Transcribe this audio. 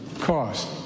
Cost